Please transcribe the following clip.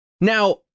Now